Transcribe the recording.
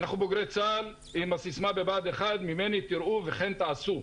אנחנו בוגרי צה"ל עם הסיסמה בבה"ד 1: "ממני תראו וכן תעשו".